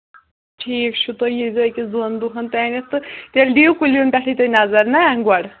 ٹھیٖک چھُ تُہۍ ییٖزیٚو أکِس دۅن دۄہَن تامتھ تہٕ تیٚلہِ دِیو کُلین پیٚٹھٕے تُہۍ نَظر نا گۄڈٕ